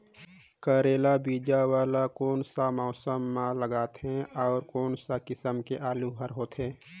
करेला बीजा वाला कोन सा मौसम म लगथे अउ कोन सा किसम के आलू हर होथे?